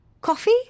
Coffee